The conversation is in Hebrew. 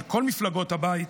של כל מפלגות הבית,